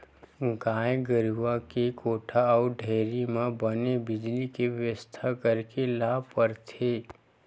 गाय गरूवा के कोठा अउ डेयरी म बने बिजली के बेवस्था करे ल परथे